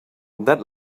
that